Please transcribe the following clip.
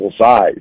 size